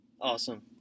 Awesome